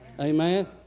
Amen